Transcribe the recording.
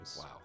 Wow